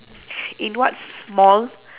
in what small